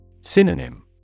Synonym